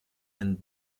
and